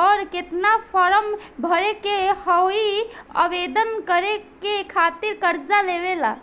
और केतना फारम भरे के होयी आवेदन करे के खातिर कर्जा लेवे ला?